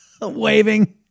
waving